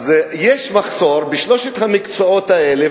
יש מחסור בשלושת המקצועות האלה.